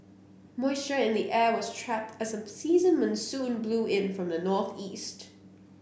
moisture in the air was trapped as season monsoon blew in from the northeast